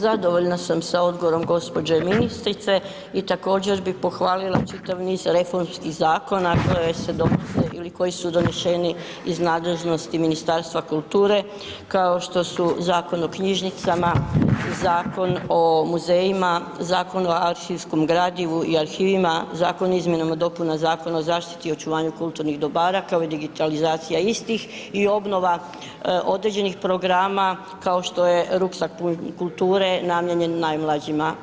Zadovoljna sam sa odgovorom gđe. ministrice i također bih pohvalila čitav niz reformskih zakona koje se donose ili koji su doneseni iz nadležnosti Ministarstva kulture kao što su Zakon o knjižnicama, Zakon o muzejima, Zakon o arhivskom gradivu i arhivima, zakon o izmjenama i dopunama Zakona o zaštiti i očuvanju kulturnih dobara kao i digitalizacija istih i obnova određenih programa kao što je ruksak pun kulture namijenjen najmlađima.